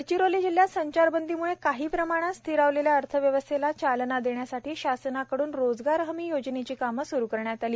गडचिरोली जिल्ह्यात संचारबंदीमूळे काही प्रमाणात स्थिरावलेल्या अर्थव्यवस्थेला चालना देण्यासाठी शासनाकडून रोजगार हमीची कामे सुरु करण्यात आली